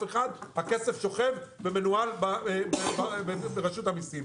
אחד - הכסף שוכב ומנוהל ברשות המיסים.